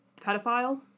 pedophile